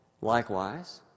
Likewise